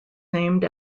named